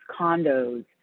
condos